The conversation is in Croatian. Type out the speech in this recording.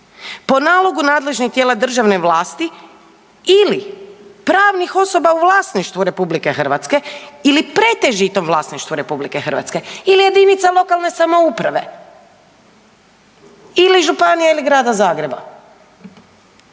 po nalogu nadležnih tijela državne vlasti ili pravnih osoba u vlasništvu RH ili pretežitom vlasništvu RH ili jedinica lokalne samouprave ili županija ili Grada Zagreba